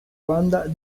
banda